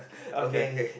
okay K